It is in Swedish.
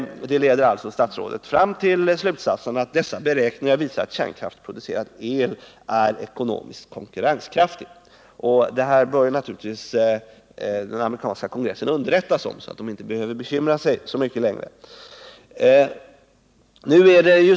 Det leder statsrådet Tham till slutsatsen att dessa beräkningar visar att kärnkraftsproducerad el är ekonomiskt konkurrenskraftig. Detta bör naturligtvis den amerikanska kongressen underrättas om, så att den inte längre behöver bekymra sig så mycket.